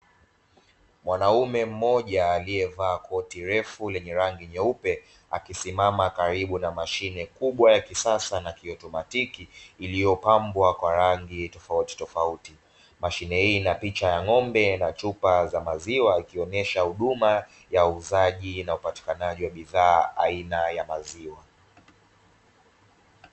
Mwanaume mmoja aliyevaa koti refu lenye rangi nyeupe akisimama karibu na mashine kubwa ya kisasa na kiautomatiki iliyopambwa kwa rangi tofautitofauti. Mashine hii ina picha ya ng'ombe na chupa za maziwa ikionyesha huduma ya uuzaji na upatikanaji wa bidhaa aina ya maziwa.